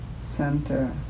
center